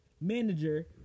manager